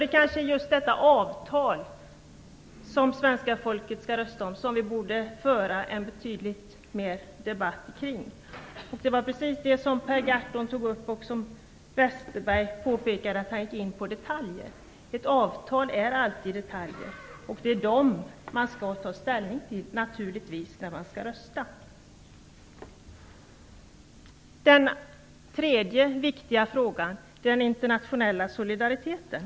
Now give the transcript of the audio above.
Det är kanske just det avtal som svenska folket skall rösta om som vi bör föra betydligt mer debatt kring. Och det var precis det som Per Gahrton tog upp. Men Bengt Westerberg påpekade att Per Gahrton gick in på detaljer. Men ett avtal är alltid fyllt av detaljer, och det är dessa man naturligtvis skall ta ställning till när man skall rösta. Den tredje viktiga frågan är den internationella solidariteten.